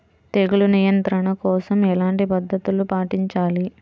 తెగులు నియంత్రణ కోసం ఎలాంటి పద్ధతులు పాటించాలి?